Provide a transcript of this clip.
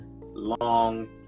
long